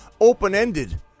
open-ended